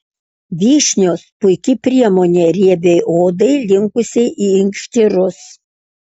vyšnios puiki priemonė riebiai odai linkusiai į inkštirus